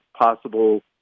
possible